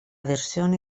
versione